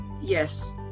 Yes